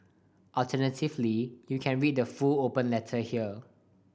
alternatively you can read the full open letter here